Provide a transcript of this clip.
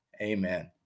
Amen